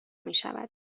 میشود